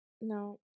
No